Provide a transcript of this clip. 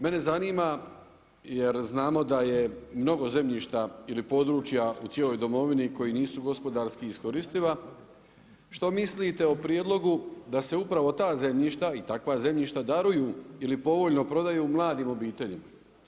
Mene zanima jer znamo da je mnogo zemljišta ili područja u cijeloj domovini koji nisu gospodarski iskoristiva, što mislite o prijedlogu da se upravo ta zemljišta i takva zemljišta daruju ili povoljno prodaju mladim obiteljima?